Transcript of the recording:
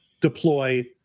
deploy